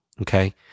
Okay